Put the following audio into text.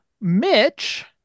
Mitch